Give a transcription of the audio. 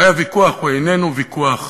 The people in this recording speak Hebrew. הרי הוויכוח הוא איננו ויכוח